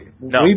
no